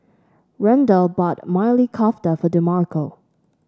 Randall bought Maili Kofta for Demarco